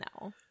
No